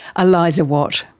eliza watt.